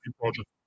project